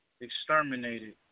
exterminated